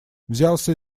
взялся